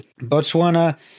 Botswana